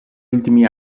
ultimi